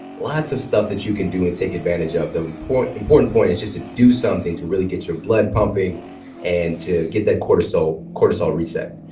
lots of stuff that you can do and take advantage of. the important important point is just to do something to really get your blood pumping and to get that cortisol cortisol reset.